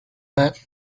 that